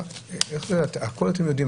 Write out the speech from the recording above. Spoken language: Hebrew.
איך זה הכול אתם יודעים.